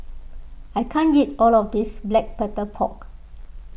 I can't eat all of this Black Pepper Pork